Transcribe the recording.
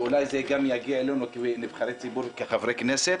ואולי זה גם יגיע אלינו כחברי כנסת.